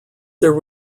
there